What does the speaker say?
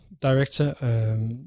director